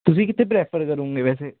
ਤੁਸੀਂ ਕਿੱਥੇ ਪ੍ਰੈਫਰ ਕਰੁੰਗੇ ਵੈਸੇ